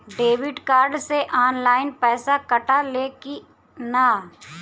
Debit card से online पैसा कटा ले कि ना?